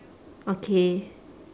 okay